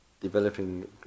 developing